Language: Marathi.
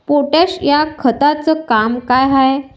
पोटॅश या खताचं काम का हाय?